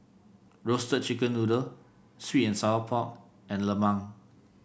Roasted Chicken Noodle sweet and Sour Pork and lemang